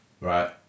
right